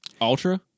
Ultra